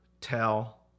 tell